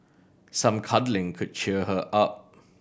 some cuddling could cheer her up